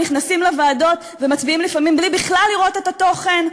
הם נכנסים לוועדות ומצביעים לפעמים בלי לראות בכלל את התוכן.